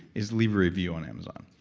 is leave a review on amazon.